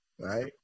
right